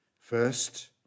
first